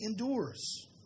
endures